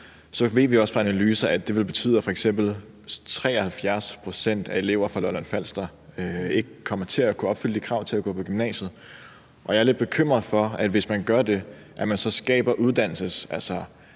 7, ved vi fra analyser, at det f.eks. vil betyde, at 73 pct. af eleverne fra Lolland-Falster ikke kommer til at kunne opfylde kravene til at gå på gymnasiet. Jeg er lidt bekymret for, at hvis man gør det, skaber man uddannelsesørkener